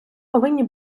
повинні